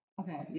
Okay